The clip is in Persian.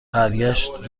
برگشت